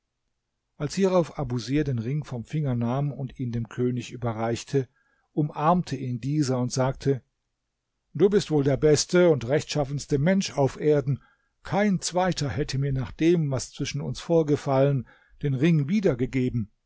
als hierauf abusir den ring vom finger nahm und ihn dem könig überreichte umarmte ihn dieser und sagte du bist wohl der beste und rechtschaffenste mensch auf erden kein zweiter hätte mir nach dem was zwischen uns vorgefallen den ring wiedergegeben